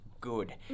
good